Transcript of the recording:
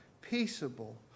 peaceable